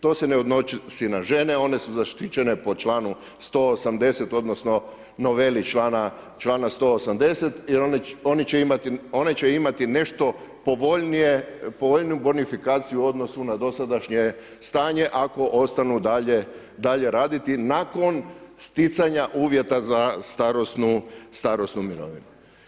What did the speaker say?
To se ne odnosi na žene, one su zaštićene po članu 180., odnosno noveli člana 180., jer one će imati nešto povoljnije, povoljniju bonifikaciju u odnosu na dosadašnje stanje ako ostanu dalje raditi nakon sticanja uvjeta za starosnu mirovinu.